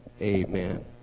Amen